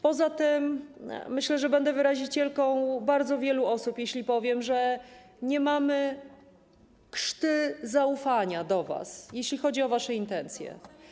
Poza tym myślę, że będę wyrazicielką sądu bardzo wielu osób, jeśli powiem, że nie mamy krzty zaufania do was, jeśli chodzi o wasze intencje.